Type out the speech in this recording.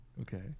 Okay